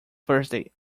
thursday